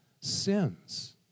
sins